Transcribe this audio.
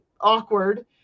awkward